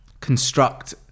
construct